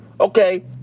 okay